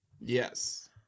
Yes